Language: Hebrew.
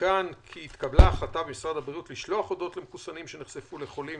עודכן כי התקבלה במשרד הבריאות לשלוח הודעות למחוסנים שנחשפו לחולים,